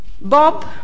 Bob